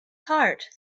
heart